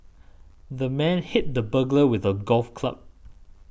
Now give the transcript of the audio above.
the man hit the burglar with a golf club